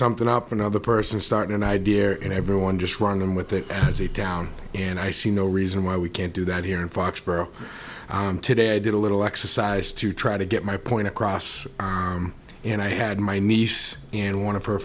something up another person started an idea and everyone just ran them with it as a down and i see no reason why we can't do that here in foxboro today i did a little exercise to try to get my point across and i had my niece and one of her